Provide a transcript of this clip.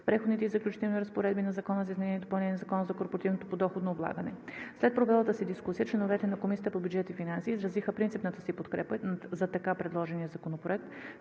Преходните и заключителните разпоредби на Закона за изменение и допълнение на Закона за корпоративното подоходно облагане. След провелата се дискусия членовете на Комисията по бюджет и финанси изразиха принципната си подкрепа за така предложения законопроект,